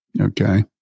Okay